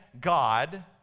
God